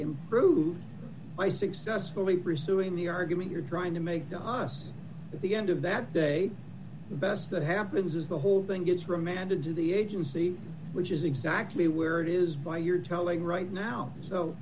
improved by successfully pursuing the argument you're trying to make the os at the end of that day the best that happens is the whole thing gets remanded to the agency which is exactly where it is by your telling right now so